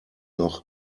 noch